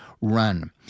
run